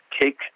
take